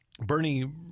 Bernie